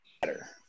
better